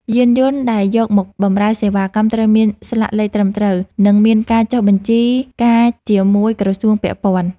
យានយន្តដែលយកមកបម្រើសេវាកម្មត្រូវមានស្លាកលេខត្រឹមត្រូវ និងមានការចុះបញ្ជីការជាមួយក្រសួងពាក់ព័ន្ធ។